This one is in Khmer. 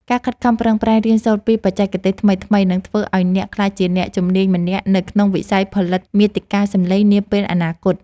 ការខិតខំប្រឹងប្រែងរៀនសូត្រពីបច្ចេកទេសថ្មីៗនឹងធ្វើឱ្យអ្នកក្លាយជាអ្នកជំនាញម្នាក់នៅក្នុងវិស័យផលិតមាតិកាសំឡេងនាពេលអនាគត។